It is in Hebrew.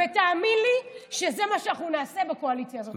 ותאמין לי שזה מה שאנחנו נעשה בקואליציה הזאת.